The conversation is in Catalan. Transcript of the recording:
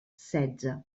setze